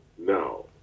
Now